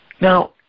Now